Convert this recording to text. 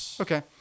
Okay